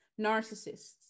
Narcissists